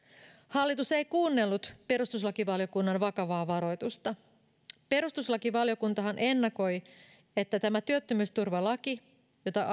hallitus ei kuunnellut perustuslakivaliokunnan vakavaa varoitusta perustuslakivaliokuntahan ennakoi että tämä työttömyysturvalaki jota